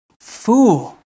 Fool